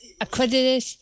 accredited